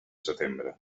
setembre